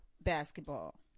basketball